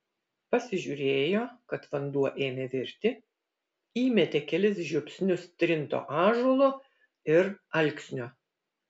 pasižiūrėjo kad vanduo ėmė virti įmetė kelis žiupsnius trinto ąžuolo ir alksnio